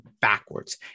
backwards